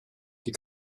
die